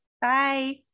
Bye